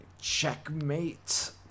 Checkmate